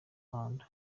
rwanda